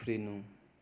उफ्रिनु